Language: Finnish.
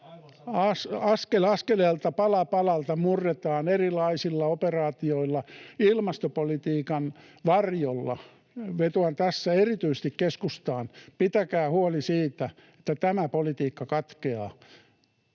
Askel askeleelta, pala palalta murretaan erilaisilla operaatioilla ilmastopolitiikan varjolla. Vetoan tässä erityisesti keskustaan: pitäkää huoli siitä, että tämä politiikka katkeaa.